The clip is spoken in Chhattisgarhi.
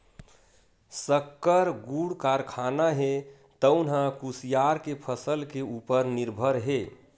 सक्कर, गुड़ कारखाना हे तउन ह कुसियार के फसल के उपर निरभर हे